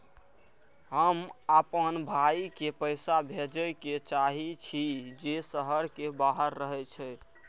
हम आपन भाई के पैसा भेजे के चाहि छी जे शहर के बाहर रहे छै